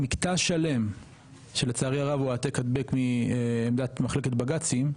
מקטע שלם שלצערי הרב הוא העתק הדבק מעמדת מחלקת בג"צים,